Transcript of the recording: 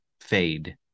fade